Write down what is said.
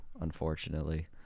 unfortunately